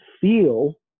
feel